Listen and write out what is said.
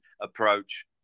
approach